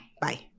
Bye